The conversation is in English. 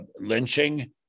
lynching